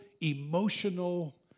emotional